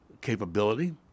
capability